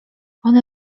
one